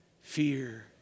Fear